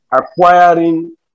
acquiring